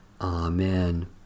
Amen